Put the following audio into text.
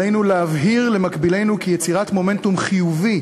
עלינו להבהיר למקבילינו כי יצירת מומנטום חיובי,